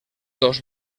dos